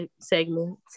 segment